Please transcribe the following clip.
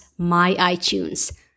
myiTunes